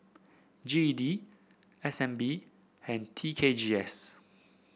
G E D S N B and T K G S